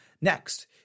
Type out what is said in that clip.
Next